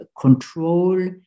control